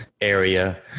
area